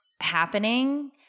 happening